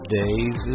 days